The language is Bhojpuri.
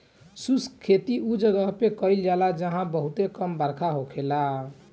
शुष्क खेती उ जगह पे कईल जाला जहां बहुते कम बरखा होखेला